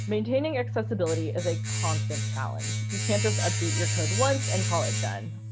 maintaining accessibility is a constant challenge. you can't just update your code once and call it done.